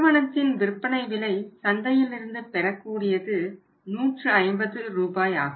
நிறுவனத்தின் விற்பனை விலை சந்தையில் இருந்து பெறக்கூடியது 150 ரூபாய் ஆகும்